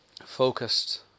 focused